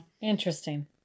Interesting